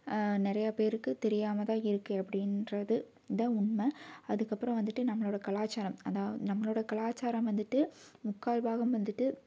நிறையா பேருக்கு தெரியாமல் தான் இருக்கு அப்படின்றது தான் உண்மை அதுக்கப்புறம் வந்துட்டு நம்மளோட கலாச்சாரம் அதான் நம்மளோட கலாச்சாரம் வந்துட்டு முக்கால் பாகம் வந்துட்டு